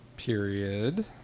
Period